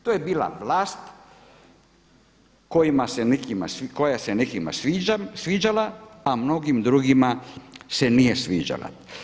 To je bila vlast koja se nekima sviđala, a mnogim drugima se nije sviđala.